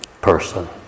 person